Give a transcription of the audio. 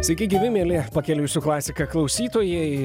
sveiki gyvi mieli pakeliui su klasika klausytojai